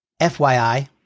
FYI